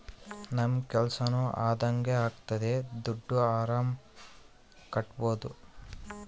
ನಮ್ ಕೆಲ್ಸನೂ ಅದಂಗೆ ಆಗ್ತದೆ ದುಡ್ಡು ಆರಾಮ್ ಕಟ್ಬೋದೂ